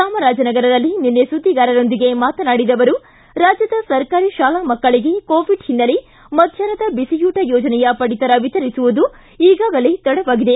ಚಾಮರಾಜನಗರದಲ್ಲಿ ನಿನ್ನೆ ಸುದ್ದಿಗಾರರೊಂದಿಗೆ ಮಾತನಾಡಿದ ಅವರು ರಾಜ್ಯದ ಸರ್ಕಾರಿ ಶಾಲಾ ಮಕ್ಕಳಿಗೆ ಕೋವಿಡ್ ಹಿನ್ನೆಲೆ ಮಧ್ವಾಹ್ನದ ಬಿಸಿಯೂಟ ಯೋಜನೆಯ ಪಡಿತರ ವಿತರಿಸುವುದು ಈಗಾಗಲೇ ತಡವಾಗಿದೆ